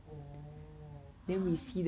oh !huh!